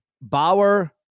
Bauer